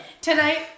Tonight